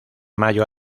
mayo